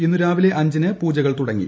ഇന്നുരാവിലെ അഞ്ചിന് പൂജകൾ തുടങ്ങി